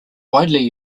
widely